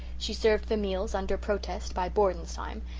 she served the meals, under protest, by borden's time,